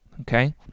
okay